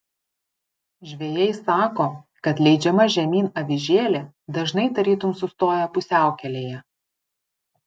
žvejai sako kad leidžiama žemyn avižėlė dažnai tarytum sustoja pusiaukelėje